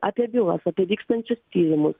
apie bylas apie vykstančius tyrimus